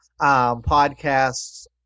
podcasts